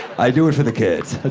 i do it for the kids, that's